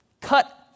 cut